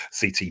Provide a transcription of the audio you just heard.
CT